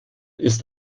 ist